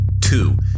Two